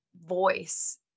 voice